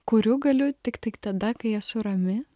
kuriu galiu tiktai tada kai esu rami